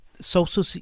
social